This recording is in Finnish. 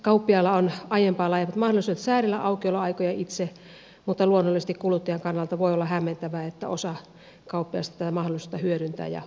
kauppiaalla on aiempaa laajemmat mahdollisuudet säädellä aukioloaikoja itse mutta luonnollisesti kuluttajan kannalta voi olla hämmentävää että osa kauppiaista tätä mahdollisuutta hyödyntää ja osa ei